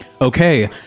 Okay